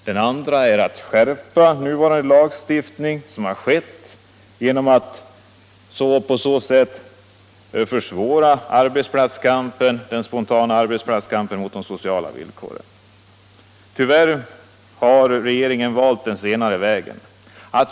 Den andra är att skärpa nuvarande lagstiftning — och det har skett — så att den spontana arbetsplatskampen mot de sociala villkoren försvåras. Regeringen har tyvärr valt den senare vägen.